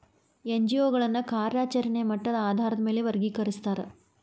NGO ಗಳನ್ನ ಕಾರ್ಯಚರೆಣೆಯ ಮಟ್ಟದ ಆಧಾರಾದ್ ಮ್ಯಾಲೆ ವರ್ಗಿಕರಸ್ತಾರ